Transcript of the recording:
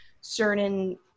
certain